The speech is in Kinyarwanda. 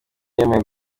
yemeye